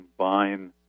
combine